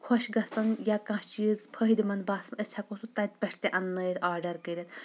خۄش گژھان یا کانٛہہ چیٖز فایِدٕ مند باسان أسۍ ہٮ۪کو سُہ تتہِ پٮ۪ٹھ تہِ اننہٕ نٲیتھ آرڈر کٔرتھ